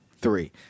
three